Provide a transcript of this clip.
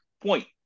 point